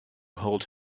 hold